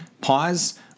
pause